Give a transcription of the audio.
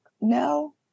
No